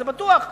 זה בטוח.